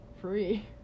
free